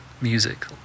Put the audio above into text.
music